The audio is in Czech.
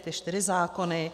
Ty čtyři zákony.